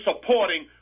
supporting